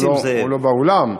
הוא לא באולם?